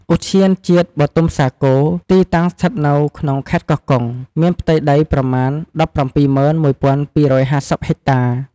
ឧទ្យានជាតិបុទុមសាគរ ទីតាំងស្ថិតនៅក្នុងខេត្តកោះកុង មានផ្ទៃដីប្រមាណ ១៧១,២៥០ ហិចតា។